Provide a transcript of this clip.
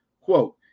Quote